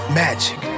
magic